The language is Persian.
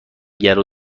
گلو